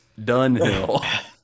Dunhill